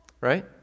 right